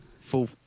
full